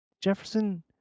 Jefferson